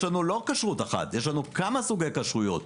אין לנו כשרות אחת, יש לנו כמה סוגי כשרויות.